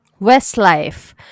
Westlife